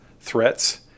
Threats